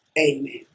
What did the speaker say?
Amen